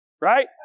Right